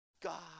God